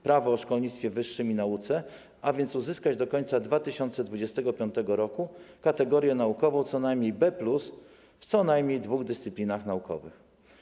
Prawo o szkolnictwie wyższym i nauce, a więc uzyskać do końca 2025 r. kategorię naukową co najmniej B+ w co najmniej dwóch dyscyplinach naukowych.